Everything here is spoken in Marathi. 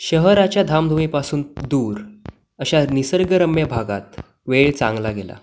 शहराच्या धामधुमीपासून दूर अशा निसर्गरम्य भागात वेळ चांगला गेला